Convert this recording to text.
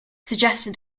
suggested